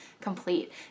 complete